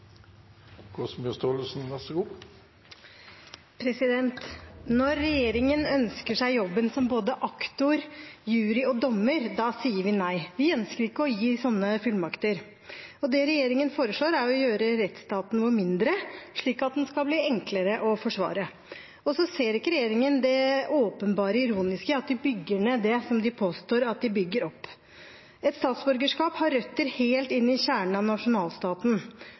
dommer, sier vi nei. Vi ønsker ikke å gi sånne fullmakter. Det regjeringen foreslår, er å gjøre rettsstaten vår mindre, slik at den skal bli enklere å forsvare. Regjeringen ser ikke det åpenbart ironiske i at de bygger ned det de påstår at de bygger opp. Et statsborgerskap har røtter helt inn i kjernen av nasjonalstaten